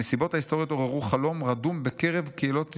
הנסיבות ההיסטוריות עוררו חלום רדום בקרב קהילות ישראל.